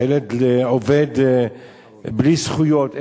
שהילד עובד בלי זכויות,